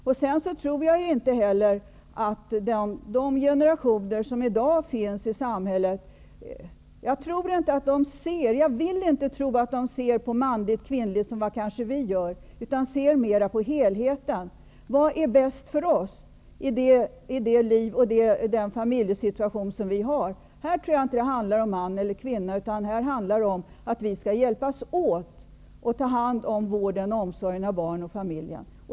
Jag vill inte heller tro att de generationer som i dag finns i samhället ser på manligt och kvinnligt på samma sätt som vi gör, utan mer på helheten. Vad är bäst för oss i det liv och den familjesituation som vi har? Här tror jag inte att det handlar om man eller kvinna, utan här handlar det om att vi skall hjälpas åt med vården av och omsorgen om barnen och familjen.